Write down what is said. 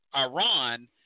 Iran